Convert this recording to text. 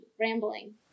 rambling